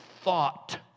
thought